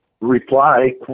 reply